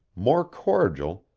more cordial,